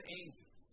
angels